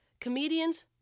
comedians